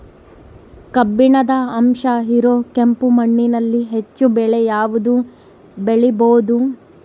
ಕಬ್ಬಿಣದ ಅಂಶ ಇರೋ ಕೆಂಪು ಮಣ್ಣಿನಲ್ಲಿ ಹೆಚ್ಚು ಬೆಳೆ ಯಾವುದು ಬೆಳಿಬೋದು?